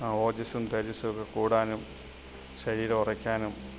ഓജസ്സും തേജസ്സുവൊക്കെ കൂടാനും ശരീരം ഉറയ്ക്കാനും